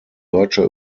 deutscher